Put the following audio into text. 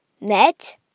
met